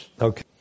Okay